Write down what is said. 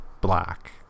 black